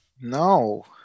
No